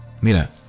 Mira